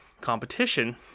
competition